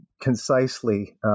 concisely